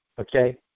okay